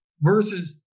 versus